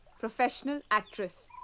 professional actress.